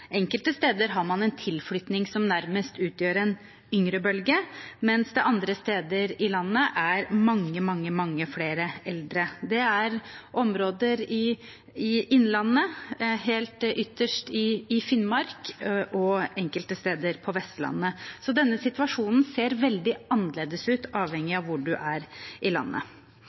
Enkelte steder har man en tilflytting som nærmest utgjør en yngrebølge, mens det andre steder i landet er mange, mange flere eldre. Det gjelder områder i Innlandet, helt ytterst i Finnmark og enkelte steder på Vestlandet. Denne situasjonen ser veldig annerledes ut avhengig av hvor man er i landet.